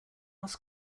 else